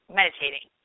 meditating